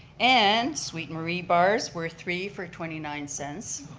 and sweet marie bars were three for twenty nine cents.